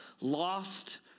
lost